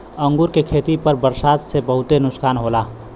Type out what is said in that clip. अंगूर के खेती पर बरसात से बहुते नुकसान होला